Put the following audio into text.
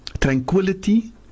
tranquility